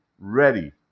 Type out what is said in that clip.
ready